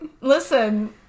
Listen